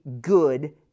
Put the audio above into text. good